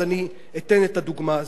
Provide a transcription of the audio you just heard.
אז אני אתן את הדוגמה הזאת.